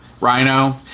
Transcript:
rhino